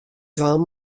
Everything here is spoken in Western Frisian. dwaan